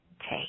take